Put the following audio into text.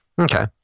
Okay